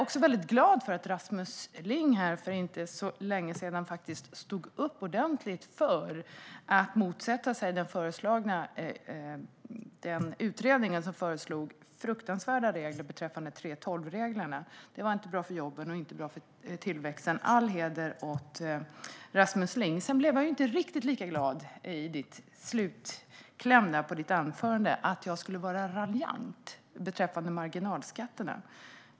Jag är glad för att Rasmus Ling för inte så länge sedan stod upp ordentligt för att motsätta sig den utredning som föreslog fruktansvärda regler beträffande 3:12-reglerna. Det var inte bra för jobben, och det var inte bra för tillväxten. All heder åt Rasmus Ling! Sedan blev jag inte riktigt lika glad åt din slutkläm på anförandet om att jag skulle vara raljant beträffande marginalskatterna.